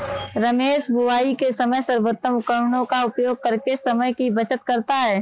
रमेश बुवाई के समय सर्वोत्तम उपकरणों का उपयोग करके समय की बचत करता है